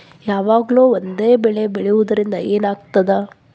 ಯಾವಾಗ್ಲೂ ಒಂದೇ ಬೆಳಿ ಬೆಳೆಯುವುದರಿಂದ ಏನ್ ಆಗ್ತದ?